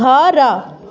ଘର